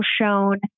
shown